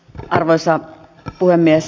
arvoisa puhemies